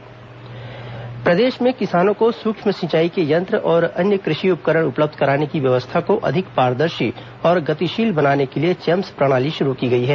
champs व्यवस्था प्रदेश में किसानों को सुक्ष्म सिंचाई के यंत्र और अन्य कृषि उपकरण उपलब्ध कराने की व्यवस्था को अधिक पारदर्शी और गतिशील बनाने के लिए चैम्प्स प्रणाली शुरू की गई है